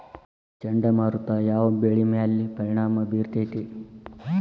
ಚಂಡಮಾರುತ ಯಾವ್ ಬೆಳಿ ಮ್ಯಾಲ್ ಪರಿಣಾಮ ಬಿರತೇತಿ?